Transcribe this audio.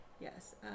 Yes